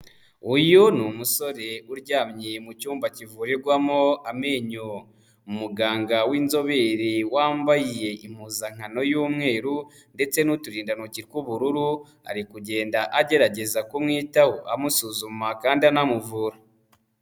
Uyu ni umusore uryamye mu cyumba kivurirwamo amenyo, umuganga w'inzobere wambaye impuzankano y'umweru ndetse n'uturindantoki tw'ubururu ari kugenda agerageza kumwitaho, amusuzuma kandi anamuvura.